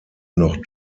noch